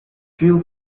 few